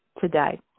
today